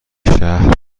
شهر